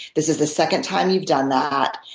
this is the second time you've done that,